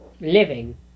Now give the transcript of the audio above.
living